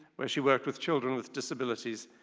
where she worked with children with disabilities,